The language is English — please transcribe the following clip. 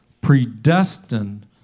predestined